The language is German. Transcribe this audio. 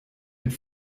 mit